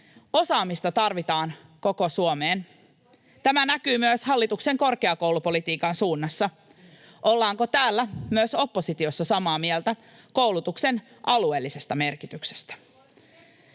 Osaamista tarvitaan koko Suomeen. Tämä näkyy myös hallituksen korkeakoulupolitiikan suunnassa. Ollaanko täällä myös oppositiossa samaa mieltä koulutuksen alueellisesta merkityksestä?